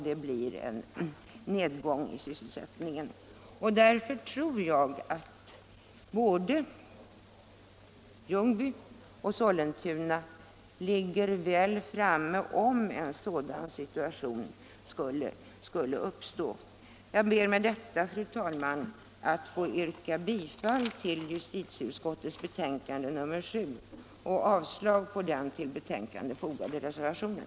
Därför tror jag att både Ljungby och Sollentuna ligger väl framme om en sådan situation skulle uppstå. Jag ber, fru talman, att med det anförda få yrka bifall till justitieutskottets hemställan i betänkandet nr 7 och avslag på den till betänkandet fogade reservationen.